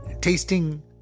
tasting